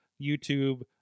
YouTube